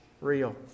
real